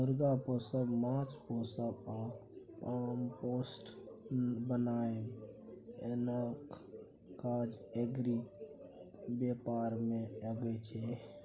मुर्गा पोसब, माछ पोसब आ कंपोस्ट बनाएब सनक काज एग्री बेपार मे अबै छै